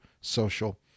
social